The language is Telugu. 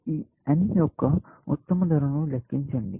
ఈ n యొక్క ఉత్తమ ధరను లెక్కించండి